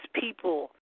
people